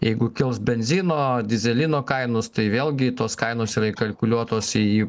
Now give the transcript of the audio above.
jeigu kils benzino dyzelino kainos tai vėlgi tos kainos yra įkalkuliuotos į į